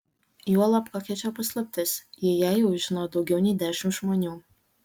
juolab kokia čia paslaptis jei ją jau žino daugiau nei dešimt žmonių